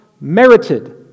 merited